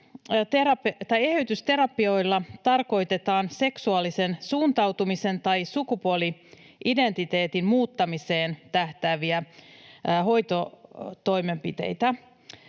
Eheytysterapioilla tarkoitetaan seksuaalisen suuntautumisen tai sukupuoli-identiteetin muuttamiseen tähtääviä hoitotoimenpiteitä,